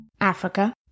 Africa